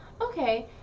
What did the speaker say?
Okay